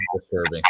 disturbing